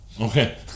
Okay